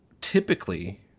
typically